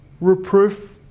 reproof